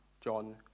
John